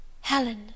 Helen